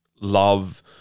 love